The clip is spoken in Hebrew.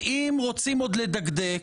ואם רוצים עוד לדקדק,